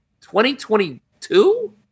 2022